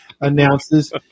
announces